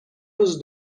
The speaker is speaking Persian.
روز